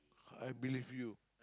I believe you